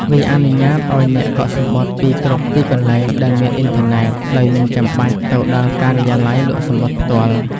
វាអនុញ្ញាតឱ្យអ្នកកក់សំបុត្រពីគ្រប់ទីកន្លែងដែលមានអុីនធឺណេត ដោយមិនចាំបាច់ទៅដល់ការិយាល័យលក់សំបុត្រផ្ទាល់។